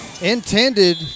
intended –